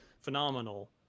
phenomenal